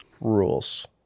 rules